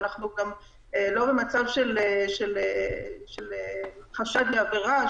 אנחנו גם לא במצב של חשד לעבירה.